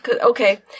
okay